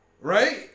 Right